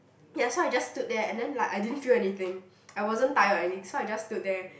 ya so I just stood there and then like I didn't feel anything I wasn't tired or any so I just stood there